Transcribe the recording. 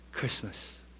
Christmas